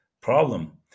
problem